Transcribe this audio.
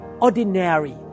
ordinary